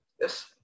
yes